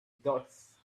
dots